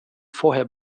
vorher